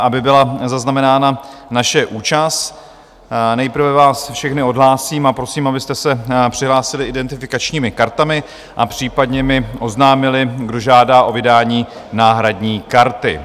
Aby byla zaznamenána naše účast, nejprve vás všechny odhlásím a prosím, abyste se přihlásili identifikačními kartami a případně mi oznámili, kdo žádá o vydání náhradní karty.